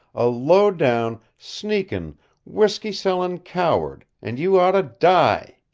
a low-down, sneakin whiskey-sellin' coward and you oughta die!